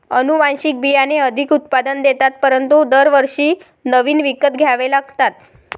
अनुवांशिक बियाणे अधिक उत्पादन देतात परंतु दरवर्षी नवीन विकत घ्यावे लागतात